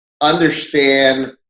understand